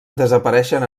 desapareixen